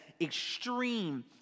extreme